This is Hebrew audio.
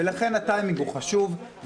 ולכן הטיימינג הוא חשוב,